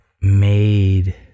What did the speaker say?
made